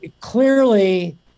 clearly